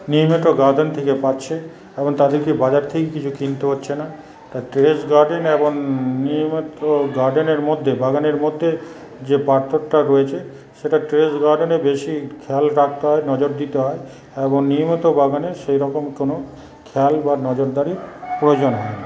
নিয়মিত গার্ডেন থেকে পাচ্ছে এবং তাদেরকে বাজার থেকে কিছু কিনতে হচ্ছে না তা টেরেস গার্ডেন এবং নিয়মিত গার্ডেনের মধ্যে বাগানের মধ্যে যে পার্থক্যটা রয়েছে সেটা টেরেস গার্ডেনে বেশি খেয়াল রাখতে হয় নজর দিতে হয় এবং নিয়মিত বাগানে সেইরকম কোন খেয়াল বা নজরদারীর প্রয়োজন হয় না